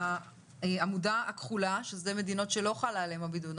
היא בעמודה הכחולה מדינות שלא חלה עליהן חובת בידוד.